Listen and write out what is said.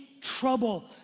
trouble